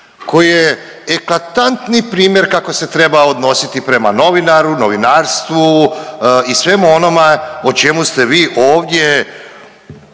koji je eklatantni primjer kako se treba odnositi prema novinaru, novinarstvu i svemu onome o čemu ste vi ovdje